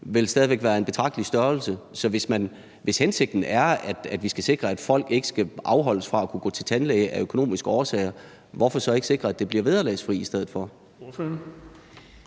væk vil være af en betragtelig størrelse. Så hvis hensigten er, at vi skal sikre, at folk ikke skal afholdes fra at kunne gå til tandlæge af økonomiske årsager, hvorfor så ikke sikre, at det bliver vederlagsfrit i stedet for?